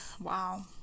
wow